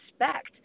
respect